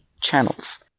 channels